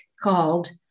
called